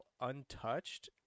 untouched